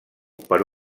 per